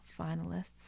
finalists